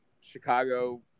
Chicago